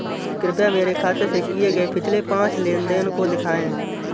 कृपया मेरे खाते से किए गये पिछले पांच लेन देन को दिखाएं